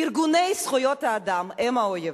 ארגוני זכויות האדם הם האויבים,